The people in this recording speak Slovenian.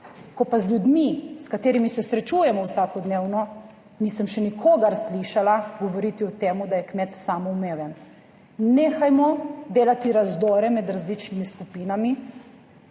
ko pa z ljudmi, s katerimi se srečujemo vsakodnevno, nisem še nikogar slišala govoriti o temu, da je kmet samoumeven. Nehajmo delati razdore med različnimi skupinami,